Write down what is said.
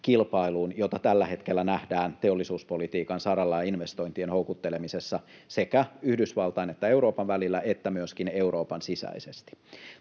jota tällä hetkellä nähdään teollisuuspolitiikan saralla investointien houkuttelemisessa sekä Yhdysvaltain ja Euroopan välillä että myöskin Euroopan sisäisesti.